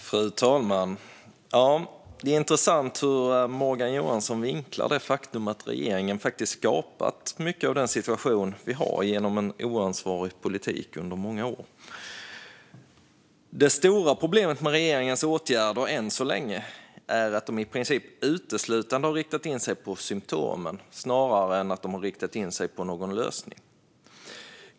Fru talman! Det är intressant hur Morgan Johansson vinklar det faktum att regeringen faktiskt har skapat mycket av den situation som vi har genom en oansvarig politik under många år. Det stora problemet med regeringens åtgärder än så länge är att de i princip uteslutande har riktat in sig på symtomen snarare på än någon lösning.